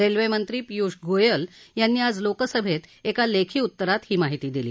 रेल्वेमंत्री पियुष गोयल यांनी आज लोकसभेत एका लेखी उत्तरात ही माहिती दिली